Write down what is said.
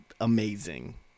amazing